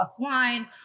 offline